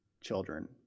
children